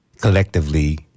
collectively